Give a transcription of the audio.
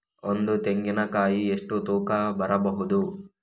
ಒಂದು ತೆಂಗಿನ ಕಾಯಿ ಎಷ್ಟು ತೂಕ ಬರಬಹುದು?